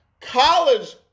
college